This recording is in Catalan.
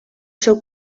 seu